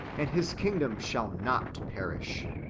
and his kingdom shall not perish.